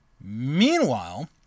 Meanwhile